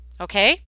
okay